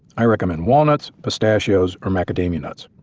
i recommend walnuts, pistachios, or macadamia nuts.